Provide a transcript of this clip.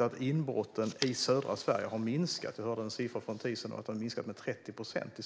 även inbrotten i södra Sverige minskat. För en tid sedan hörde vi att de har minskat med 30 procent.